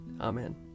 Amen